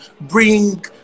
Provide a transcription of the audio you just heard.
bring